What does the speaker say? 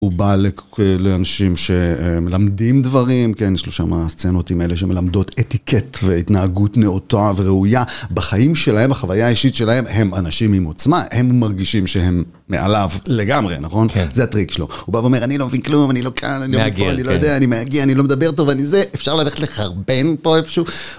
הוא בא לאנשים שמלמדים דברים, יש לו שם הסצנות עם אלה שמלמדות אתיקט והתנהגות נאותה וראויה בחיים שלהם, החוויה האישית שלהם, הם אנשים עם עוצמה, הם מרגישים שהם מעליו לגמרי, נכון? זה הטריק שלו, הוא בא ואומר אני לא מבין כלום, אני לא כאן, אני לא מבין פה, אני לא יודע, אני מהגר, אני לא מדבר טוב, אני זה, אפשר ללכת לחרבן פה איפשהו